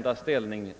svarande ställning.